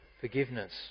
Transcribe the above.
forgiveness